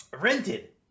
Rented